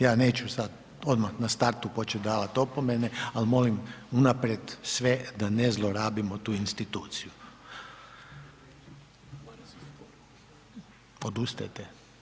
Ja neću sad odmah na startu počet davat opomene ali molim unaprijed sve da ne zlorabimo tu instituciju. … [[Upadica sa strane, ne razumije se.]] Odustajete?